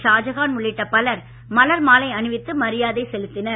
ஷாஜகான் உள்ளிட்ட பலர் மலர்மாலை அணிவித்து மரியாதை செலுத்தினர்